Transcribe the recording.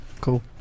Cool